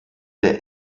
der